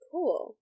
Cool